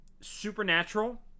Supernatural